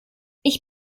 ich